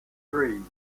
three